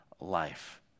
life